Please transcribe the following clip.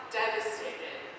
devastated